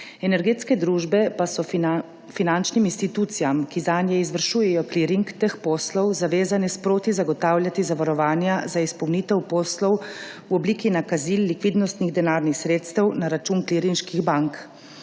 energetske družbe pa so finančnim institucijam, ki zanje izvršujejo kliring teh poslov, zavezane sproti zagotavljati zavarovanja za izpolnitev poslov v obliki nakazil likvidnostnih denarnih sredstev na račun klirinških bank.